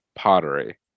pottery